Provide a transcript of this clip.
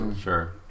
Sure